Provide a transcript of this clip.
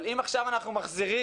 אבל אם עכשיו אנחנו מחזירים,